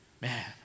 Man